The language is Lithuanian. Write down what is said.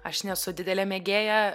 aš nesu didelė mėgėja